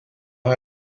ha